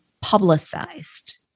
publicized